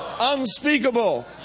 unspeakable